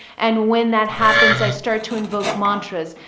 and when that happens, i start to invoke mantras.